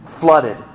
Flooded